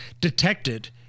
detected